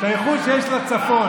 את האיכות שיש לצפון.